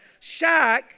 Shaq